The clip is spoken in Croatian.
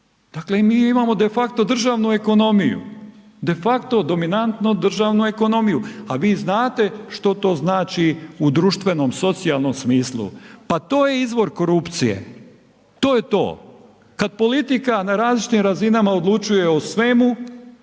Dakle mi imamo de facto državnu ekonomiju, de facto dominantnu državnu ekonomiju a vi znate što to znači u društvenom, socijalnom smislu, pa to je izvor korupcije. To je to. Kad politika na različitim razinama odlučuje o svemu